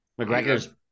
McGregor's